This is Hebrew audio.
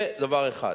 זה דבר אחד.